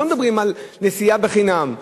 אנחנו לא מדברים על נסיעה בחינם.